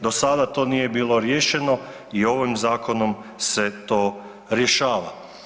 Do sada to nije bilo riješeno i ovim zakonom se to rješava.